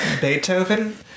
Beethoven